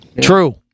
True